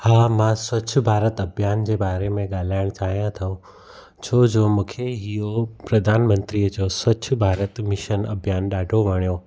हा मां स्वच्छ भारत अभियान जे बारे में ॻाल्हाइणु चाहियां थो छो जो मूंखे इहो प्रधान मंत्रीअ जो स्वच्छ भारत मिशन अभियान ॾाढो वणियो